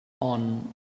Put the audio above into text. on